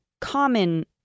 common